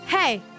Hey